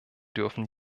dürfen